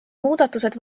muudatused